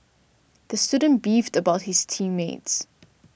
the student beefed about his team mates